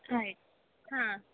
ಆಯ್ತು ಹಾಂ